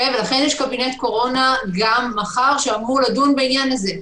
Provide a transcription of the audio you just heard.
לכן יש קבינט קורונה גם מחר שאמור לדון בעניין זה.